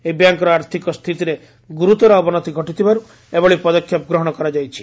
ଏହି ବ୍ୟାଙ୍କ୍ର ଆର୍ଥିକ ସ୍ଥିତିରେ ଗୁରୁତର ଅବନତି ଘଟିଥିବାରୁ ଏଭଳି ପଦକ୍ଷେପ ଗ୍ରହଣ କରାଯାଇଛି